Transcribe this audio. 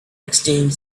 exchanged